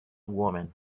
woman